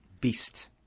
beast